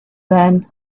then